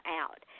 out